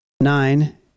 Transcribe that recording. nine